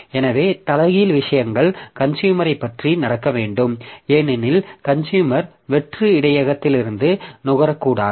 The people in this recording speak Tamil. எனவே தலைகீழ் விஷயங்கள் கன்சுயூமரைப் பற்றி நடக்க வேண்டும் ஏனெனில் கன்சுயூமர் வெற்று இடையகத்திலிருந்து நுகரக்கூடாது